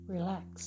Relax